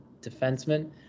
defenseman